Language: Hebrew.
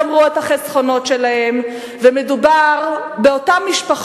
חשוב שנזכור למה הם מתכוונים כשהם מדברים על כיבוש.